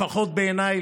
לפחות בעיניי,